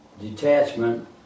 detachment